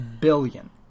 billion